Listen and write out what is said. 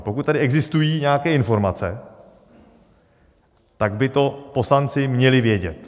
Pokud tady existují nějaké informace, tak by to poslanci měli vědět.